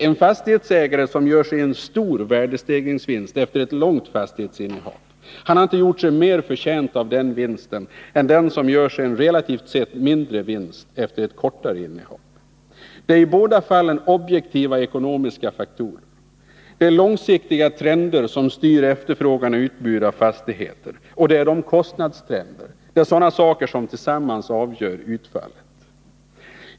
En fastighetsägare som gör sig en stor värdestegringsvinst efter ett långt fastighetsinnehav har inte gjort sig mer förtjänt av denna vinst än den som gör sig en relativt sett mindre vinst efter ett kortare innehav. Det är i båda fallen objektiva ekonomiska faktorer, de långsiktiga trender som styr efterfrågan och utbud av fastigheter samt de kostnadstrender som råder, som tillsammans avgör utfallet.